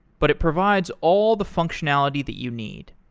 but it provides all the functionality that you need.